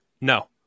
No